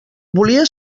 volia